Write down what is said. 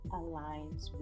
aligns